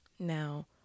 Now